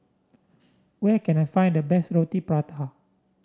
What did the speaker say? where can I find the best Roti Prata